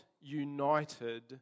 united